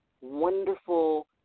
wonderful